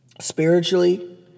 spiritually